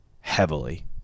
heavily